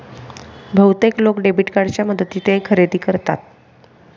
बहुतेक लोक डेबिट कार्डच्या मदतीने खरेदी करतात